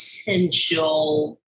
potential